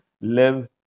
live